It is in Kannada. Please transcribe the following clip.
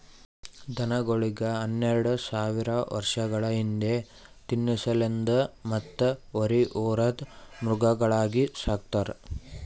ದನಗೋಳಿಗ್ ಹನ್ನೆರಡ ಸಾವಿರ್ ವರ್ಷಗಳ ಹಿಂದ ತಿನಸಲೆಂದ್ ಮತ್ತ್ ಹೋರಿ ಹೊರದ್ ಮೃಗಗಳಾಗಿ ಸಕ್ತಾರ್